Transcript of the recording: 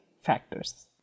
factors